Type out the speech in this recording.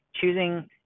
choosing